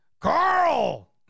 Carl